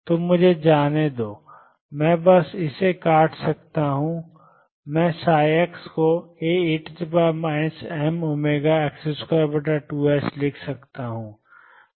तो मुझे जाने दो मैं बस इसे काट सकता हूं मैं xको Ae mω2ℏx2लिख सकता हूं